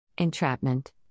Entrapment